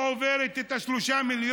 היא לא עוברת 3 מיליון,